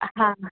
हा हा